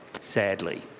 Sadly